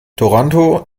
toronto